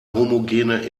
homogene